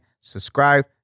subscribe